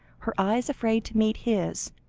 her eyes afraid to meet his,